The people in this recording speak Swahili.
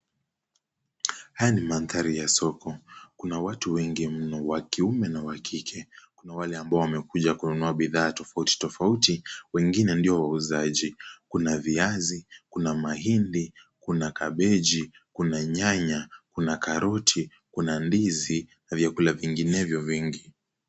Haya ni mandhari ya soko, kuna watu wengi mno wa kiume na wa kike, kuna wale ambao wamekuja kununua bidhaa tofauti tofauti, wengine ndio wauzaji, kuna viazi, kuna mahindi, kuna kabeji, kuna nyanya, kuna karoti, kuna ndizi na vyakula vinginevyo vingi.